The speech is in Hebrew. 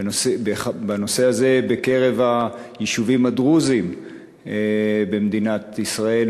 הזה בקרב היישובים הדרוזיים במדינת ישראל,